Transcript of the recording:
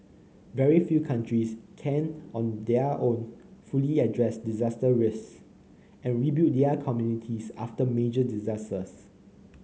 very few countries can on their own fully address disaster risks and rebuild their communities after major disasters